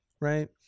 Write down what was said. Right